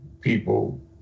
people